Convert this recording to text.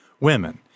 women